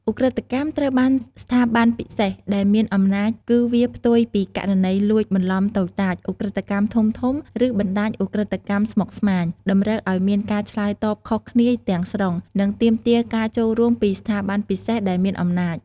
ឧក្រិដ្ឋកម្មត្រូវការស្ថាប័នពិសេសដែលមានអំណាច គឺវាផ្ទុយពីករណីលួចបន្លំតូចតាច ឧក្រិដ្ឋកម្មធំៗ ឬបណ្តាញឧក្រិដ្ឋកម្មស្មុគស្មាញ តម្រូវឲ្យមានការឆ្លើយតបខុសគ្នាទាំងស្រុង និងទាមទារការចូលរួមពី ស្ថាប័នពិសេសដែលមានអំណាច។